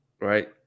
right